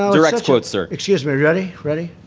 ah direct quotes, sir excuse me. ready? ready.